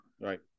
Right